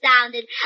sounded